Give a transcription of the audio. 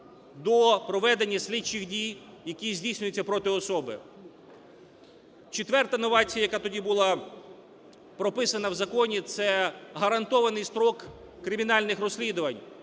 до проведення слідчих дій, які здійснюються проти особи. Четверта новація, яка тоді була прописана в законі, - це гарантований строк кримінальних розслідувань,